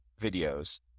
videos